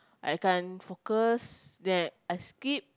I can't focus then I skip